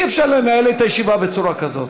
אי-אפשר לנהל את הישיבה בצורה כזאת.